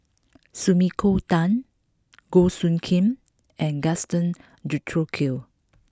Sumiko Tan Goh Soo Khim and Gaston Dutronquoy